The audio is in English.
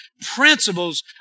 principles